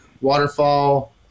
waterfall